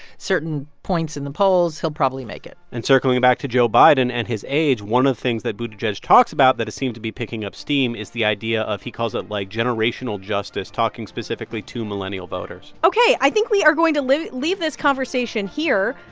certain points in the polls. he'll probably make it and circling back to joe biden and his age one of the things that buttigieg talks about that has seemed to be picking up steam is the idea of he calls it, like, generational justice, talking specifically to millennial voters ok. i think we are going to leave this conversation here.